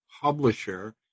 publisher